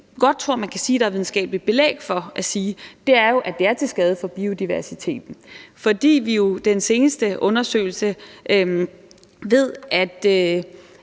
godt tror man kan sige der er videnskabeligt belæg for at sige, er, at det er til skade for biodiversiteten, fordi vi jo fra den seneste undersøgelse ved, at